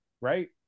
right